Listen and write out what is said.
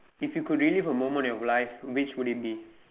if you could relive a moment of your life which would it be